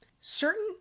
Certain